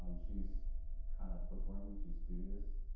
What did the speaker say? um she's kind of book-wormy, she's studious.